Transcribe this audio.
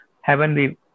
heavenly